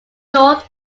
north